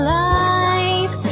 life